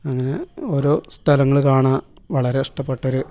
അങ്ങനെ ഓരോ സ്ഥലങ്ങൾ കാണാൻ വളരെ ഇഷ്ട്ടപ്പെട്ടൊരു